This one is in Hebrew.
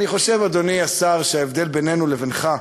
אני חושב, אדוני השר, שההבדל בינינו לבינך הוא,